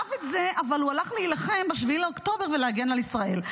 גנב את זה אבל הוא הלך להילחם ב-7 באוקטובר ולהגן על ישראל,